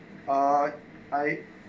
uh I